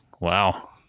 wow